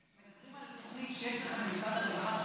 מדברים על תוכנית שיש לך במשרד הרווחה,